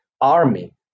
army